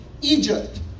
Egypt